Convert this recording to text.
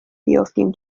بیفتیم